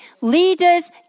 Leaders